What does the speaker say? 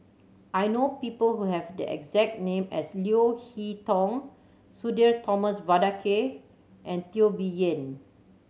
I know people who have the exact name as Leo Hee Tong Sudhir Thomas Vadaketh and Teo Bee Yen